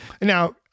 now-